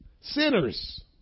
sinners